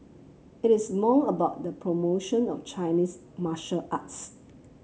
it is more about the promotion of Chinese martial arts